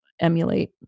emulate